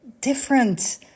different